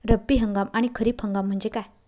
रब्बी हंगाम आणि खरीप हंगाम म्हणजे काय?